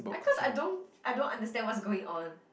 I cause I don't I don't understand what's going on